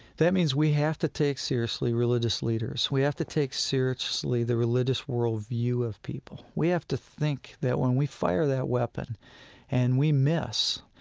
that means we have to take seriously religious leaders. we have to take seriously the religious worldview of people. we have to think that when we fire that weapon and we miss,